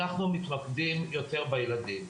אנחנו מתמקדים יותר בילדים.